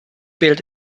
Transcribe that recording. built